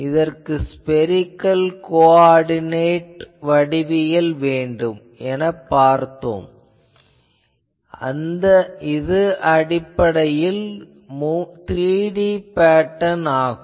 இதற்கு spherical coordinate வடிவியல் வேண்டும் எனப் பார்த்தோம் இது அடிப்படையில் 3D பேட்டர்ன் ஆகும்